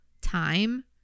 time